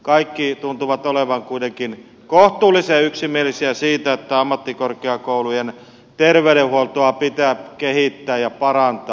kaikki tuntuvat olevan kuitenkin kohtuullisen yksimielisiä siitä että ammattikorkeakoulujen terveydenhuoltoa pitää kehittää ja parantaa